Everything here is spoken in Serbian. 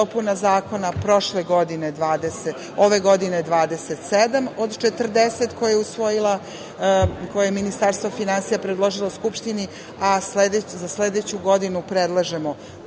i dopuna zakona, ove godine 27 od 40 koje je Ministarstvo finansija predložilo Skupštini, a za sledeću godinu predlažemo 20